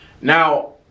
now